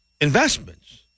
investments